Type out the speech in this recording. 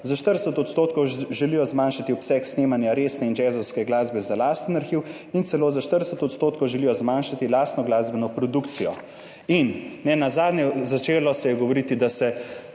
za 40 % želijo zmanjšati obseg snemanja resne in jazzovske glasbe za lasten arhiv in celo za 40 % želijo zmanjšati lastno glasbeno produkcijo. In nenazadnje, začelo se je govoriti, da se